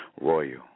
royal